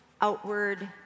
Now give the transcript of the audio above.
outward